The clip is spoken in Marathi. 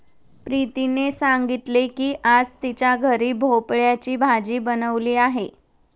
प्रीतीने सांगितले की आज तिच्या घरी भोपळ्याची भाजी बनवली आहे